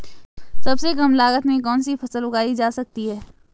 सबसे कम लागत में कौन सी फसल उगाई जा सकती है